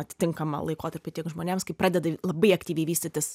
atitinkamą laikotarpį tiek žmonėms kai pradeda labai aktyviai vystytis